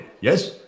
Yes